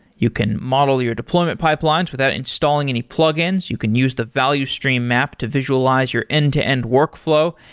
you can model your deployment pipelines without installing any plugins. you can use the value stream map to visualize your end-to-end workflow,